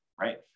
right